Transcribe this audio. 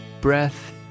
breath